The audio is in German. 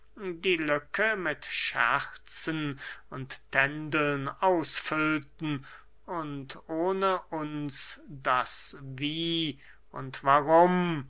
die lücke mit scherzen und tändeln ausfüllten und ohne uns das wie und warum